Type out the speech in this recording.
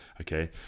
okay